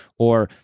or,